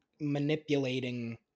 manipulating